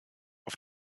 auf